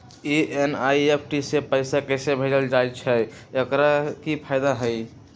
NEFT से पैसा कैसे भेजल जाइछइ? एकर की फायदा हई?